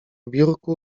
biurku